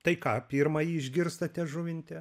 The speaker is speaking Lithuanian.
tai ką pirmąjį išgirstate žuvinte